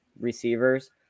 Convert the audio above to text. receivers